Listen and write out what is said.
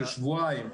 של שבועיים,